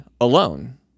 alone